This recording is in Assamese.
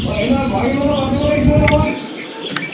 অঁ এনেই বহাগী মেলা পাতিব লাগিছিলে নহয়